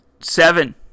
Seven